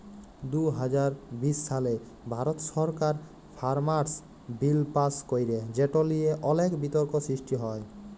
দু হাজার বিশ সালে ভারত সরকার ফার্মার্স বিল পাস্ ক্যরে যেট লিয়ে অলেক বিতর্ক সৃষ্টি হ্যয়